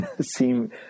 seem